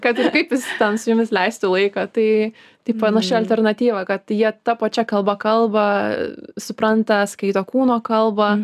kad ir kaip jis ten su jumis leisti laiką tai tai panaši alternatyva kad jie ta pačia kalba kalba supranta skaito kūno kalbą